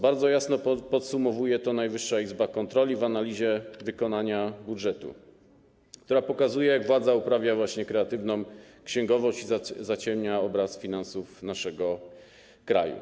Bardzo jasno podsumowuje to Najwyższa Izba Kontroli w analizie wykonania budżetu, w której pokazano, jak władza uprawia właśnie kreatywną księgowość i zaciemnia obraz finansów naszego kraju.